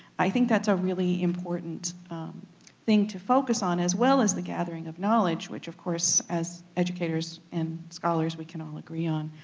i think that's a really important thing to focus on as well as the gathering of knowledge which of course as educators and scholars we can all agree on.